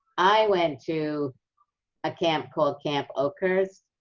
i went to a camp called camp oakers